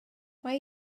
mae